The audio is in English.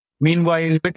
Meanwhile